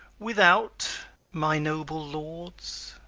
without my noble lords?